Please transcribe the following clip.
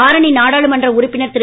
ஆரணி நாடாளுமன்ற உறுப்பினர் திரு